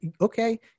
okay